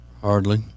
Hardly